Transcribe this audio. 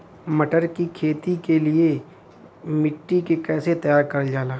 मटर की खेती के लिए मिट्टी के कैसे तैयार करल जाला?